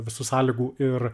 visų sąlygų ir